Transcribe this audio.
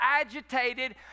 agitated